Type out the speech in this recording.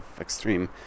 extreme